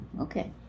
okay